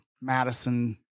Madison